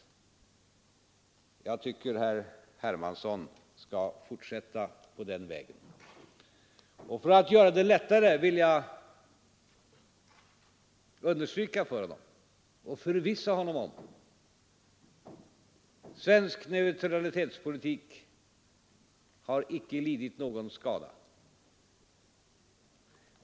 Jag tycker att herr Hermansson skall fortsätta på den vägen. Och för att göra det lättare vill jag understryka för herr Hermansson och försäkra honom om att svensk neutralitetspolitik icke har lidit någon skada.